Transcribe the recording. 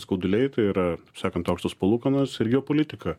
skauduliai tai yra kaip sakant aukštos palūkanos ir geopolitika